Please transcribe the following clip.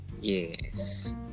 Yes